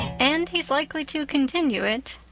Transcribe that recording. and he's likely to continue it.